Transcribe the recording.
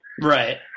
Right